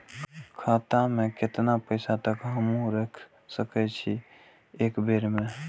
खाता में केतना पैसा तक हमू रख सकी छी एक बेर में?